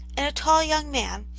and a tall young man,